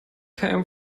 came